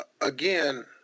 again